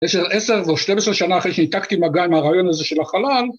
יש עוד עשר או שתים עשרה שנה אחרי שניתקתי מגע עם הרעיון הזה של החלל.